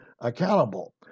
accountable